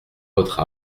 votre